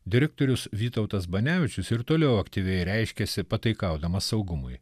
direktorius vytautas banevičius ir toliau aktyviai reiškiasi pataikaudamas saugumui